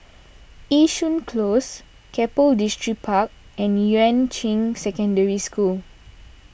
Yishun Close Keppel Distripark and Yuan Ching Secondary School